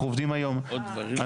אנחנו עובדים היום --- כן,